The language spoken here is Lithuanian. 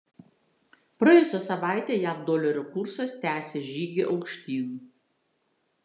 praėjusią savaitę jav dolerio kursas tęsė žygį aukštyn